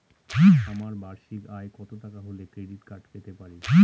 আমার বার্ষিক আয় কত টাকা হলে ক্রেডিট কার্ড পেতে পারি?